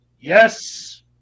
Yes